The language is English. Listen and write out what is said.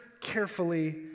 carefully